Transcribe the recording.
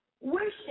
Worship